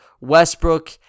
westbrook